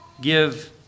give